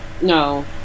No